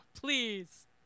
Please